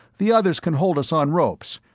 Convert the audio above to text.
the others can hold us on ropes,